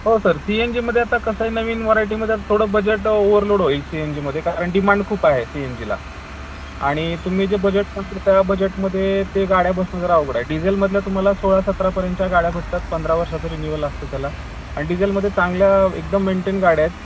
हो sir C N जीमध्ये आता कसं आहे नवीन व्हरायटीमध्ये थोडं बजेट ओवरलोड होईल सी एन जीमध्ये कारण डिमांड खूप आहे सी एन जीला आणि तुम्ही जे बजेट त्या बजेटमध्ये ते गाड्या बसणं जरा अवघड आहे डीझेलमधल्या तुम्हाला सोळा सतरापर्यंतच्या गाड्या भेटतात पंधरा वर्षाचं रिन्यूवल असतं त्याला आणि डिझेलमध्ये चांगल्या एकदम मेंटेन गाड्या आहेत